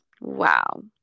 wow